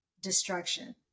destruction